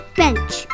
bench